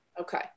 okay